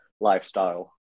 lifestyle